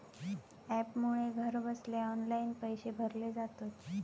ॲपमुळे घरबसल्या ऑनलाईन पैशे भरले जातत